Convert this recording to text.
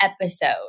episode